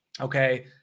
okay